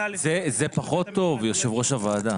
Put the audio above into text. זה פחות טוב, יושב ראש הוועדה.